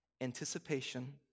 Anticipation